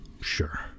Sure